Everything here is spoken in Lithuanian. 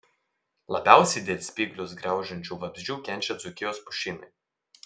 labiausiai dėl spyglius graužiančių vabzdžių kenčia dzūkijos pušynai